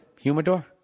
humidor